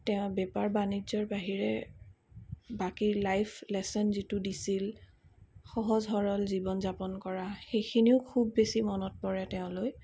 তেওঁ বেপাৰ বাণিজ্যৰ বাহিৰে বাকী লাইফ লেছন যিটো দিছিল সহজ সৰল জীৱন যাপন কৰা সেইখিনিও খুব বেছি মনত পৰে তেওঁলৈ